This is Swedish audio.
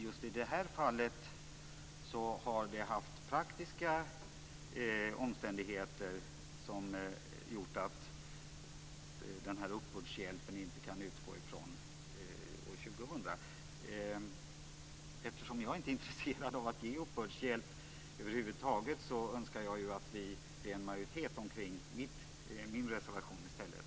Just i det här fallet har praktiska omständigheter gjort att uppbördshjälpen inte kan ges förrän efter år 2000. Eftersom jag över huvud taget inte är intresserad av att uppbördshjälp ges, önskar jag att det i stället blir en majoritet för min reservation.